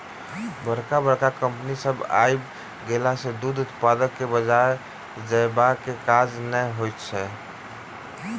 बड़का बड़का कम्पनी सभ के आइब गेला सॅ दूध उत्पादक के बाजार जयबाक काज नै होइत छै